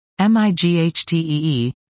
MIGHTEE